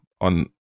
on